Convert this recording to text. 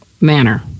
manner